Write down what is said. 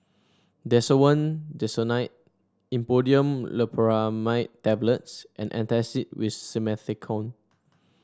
Desowen Desonide Imodium Loperamide Tablets and Antacid with Simethicone